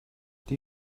die